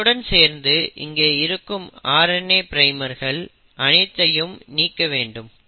இதனுடன் சேர்ந்து இங்கே இருக்கும் RNA பிரைமர்கள் அனைத்தையும் நீக்க வேண்டும்